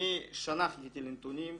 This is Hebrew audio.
אני שנה חיכיתי לנתונים.